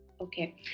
Okay